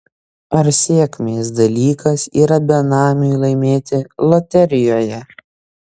ar sėkmės dalykas yra benamiui laimėti loterijoje